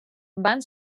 van